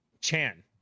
chan